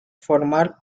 formar